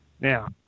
now